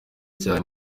cyane